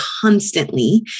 constantly